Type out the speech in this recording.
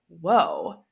whoa